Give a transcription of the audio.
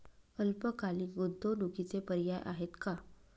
अल्पकालीन गुंतवणूकीचे पर्याय आहेत का?